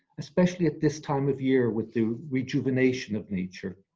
especially at this time of year with the rejuvenation of nature.